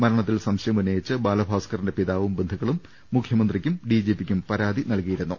മരണത്തിൽ സംശയം ഉന്നയിച്ച് ബാലബാസ്ക്കറിന്റെ പിതാവും ബന്ധുക്കളും മുഖ്യമന്ത്രിക്കും ഡിജിപിക്കും പരാതി നൽകി യിരുന്നു